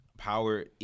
Power